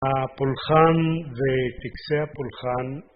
הפולחן וטקסי הפולחן